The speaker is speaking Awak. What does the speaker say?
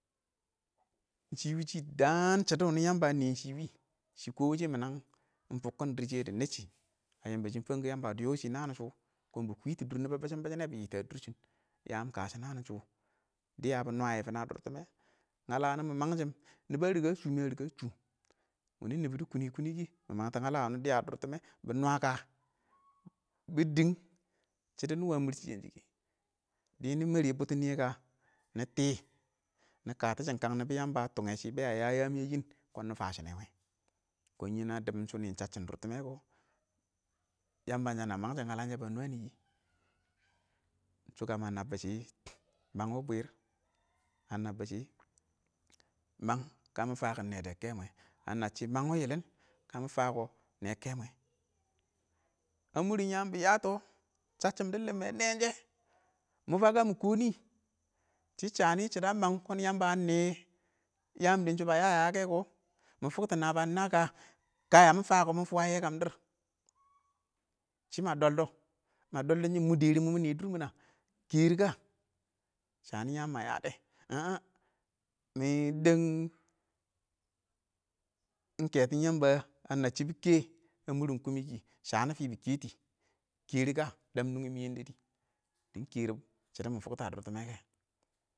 Shɪ wɪɪn shɪ dəən shɪdo wunʊ yəmbə ə nɛ shɪ wɪɪ, shɪ kɔɔ wʊshɛ mɪnəng ɪng fuʊkkʊn dɪrr shɪyɛ dɪ nɛɛ shɪ,ə yɪmbɔ shɪ ɪng fəng kʊwɪ yəmbə dɪ nɛcchɪ nəən shʊ, kʊn bɪ kwɪtɪ dʊr nɪbɔ bɪshɪn-bɪshɪn nɛ bɪ yɪ tə ə dʊr shɪn, yəəmɪng kəshʊ nəən shʊ, dɪyə bɪ nwə yɛ ə dʊr tɪmmɛ ngələ wʊnʊ mɪ məng shɪm ,nɪba ə shum ,ɪng nɪn nɪbɔ nɪ kʊnɪtɪ, ɪng məngtʊ ɪng lə wʊnʊ ə dɪrtɪmɛ bɪ nwə kə, bɪ dɪng shɪdo nɪ wə mʊr shɪ kɪ dinɪ nɪ mərɪ bʊttʊn nɪyɛ kə, nɪ tɪ,nɪ kətɪshɪn kəng nɪbɪ ɪng yəmbə ə tɪmɛ shɪ bɛ ə yə yəəm yɛ yɪn kʊn nɪ faəshɪ nɛ wɛ kʊn yɪn nə dɪbɔn shɔ nɪn shəsshɪm dʊr tɪmmɛ kʊ yəmbə shə nə məng shɪm ngələ shə bə nwə nɪ, shɔ kəm ə nəbbʊ shɪ məng wɪɪ bwɪr ə nəbbʊ shɪ məng ɪng kə mʊ fəbʊ nɛdɛ kɛ mwɛ ə nəccɪ məng wɪɪ yɪlɪn ɪng kə mʊ fə kɔ, nɛ kɛ mwɛ ə mʊr yəəm bɪ yətɔ, shəsshɪm dɪ lɪmmɛ nɛɛn shɪn mʊ fə kəmɪ kɔ nɪ shɪ shənɪ shɪdɔ ə məng ɪng yəmbə ə nɛn yəən mɪ shɔ bə yəyə wɛkɛ kʊ mɪ fʊktɔ nəbə ə yə dɪ nə kə, kə yə mɪ fə kʊ mə fəyɛ kəm dɪr shɪ mə dɔldɔ, mə dɔldɔ dɪn wɪ dɛrɪ ɪng mʊyɛ dʊrmɪnnə, kɛrɪ kə, shənɪ yəəm mə yədɛ, en en mɪ dɛn, kɛtɪn yəmbə a nəcchɪ bɪ kɛ ə mʊrɪn kʊmɪ kɪ, shənɪ fɪ bɪ kɛtɪ, kɛrɪ kə nʊngɪn mɪn ɪng yɛndɛrɪ dɪn kɛrʊ shɪdo mʊ fʊktɔ ə dʊr tɪmmɛ kɛ.